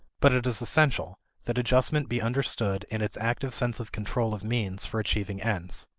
but it is essential that adjustment be understood in its active sense of control of means for achieving ends.